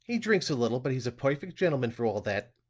he drinks a little, but he's a perfect gentleman for all that.